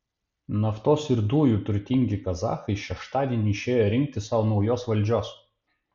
naftos ir dujų turtingi kazachai šeštadienį išėjo rinkti sau naujos valdžios